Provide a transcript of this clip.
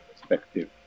perspective